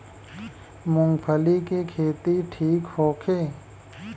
मूँगफली के खेती ठीक होखे?